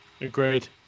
Agreed